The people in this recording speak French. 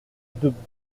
debout